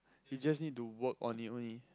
you just need to work on it only